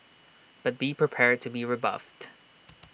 but be prepared to be rebuffed